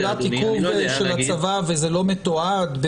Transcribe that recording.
מתבצעת פעולת עיכוב של הצבא וזה לא מתועד?